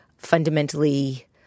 fundamentally